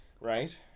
right